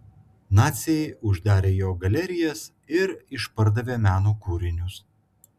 naciai uždarė jo galerijas ir išpardavė meno kūrinius